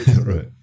Right